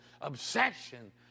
obsession